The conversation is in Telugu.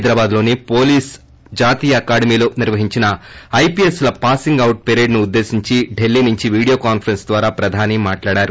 హైదరాబాద్లోని జాతీయ పోలీస్ అకాడమీలో నిర్వహించిన ఐపీఎస్ల పాసింగ్ అవుట్ పరేడ్ను ఉద్దేశెంచి ఢిల్లీ నుంచి వీడియో కాన్సరెన్స్ ద్వారా ప్రధాని మాట్లాడారు